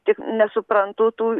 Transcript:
tik nesuprantu tų